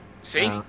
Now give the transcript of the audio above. See